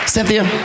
Cynthia